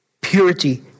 purity